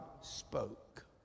spoke